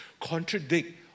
contradict